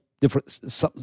different